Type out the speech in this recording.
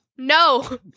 No